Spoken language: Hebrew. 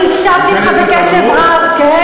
אני הקשבתי לך קשב רב, אני המצאתי את התלמוד?